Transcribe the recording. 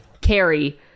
Carrie